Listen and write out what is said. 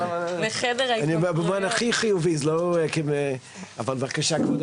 אבל אני באמת חושב שהיום אנחנו נמצאים,